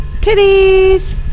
Titties